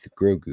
Grogu